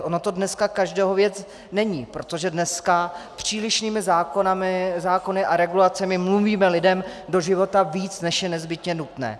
Ono to dneska každého věc není, protože dneska s přílišnými zákony a regulacemi mluvíme lidem do života víc, než je nezbytně nutné.